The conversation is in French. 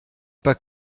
pas